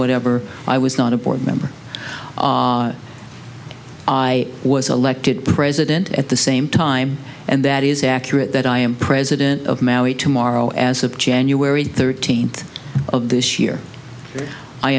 whatever i was not a board member i was elected president at the same time and that is accurate that i am president of maui tomorrow as of january thirteenth of this year i